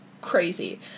Crazy